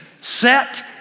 set